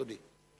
אדוני.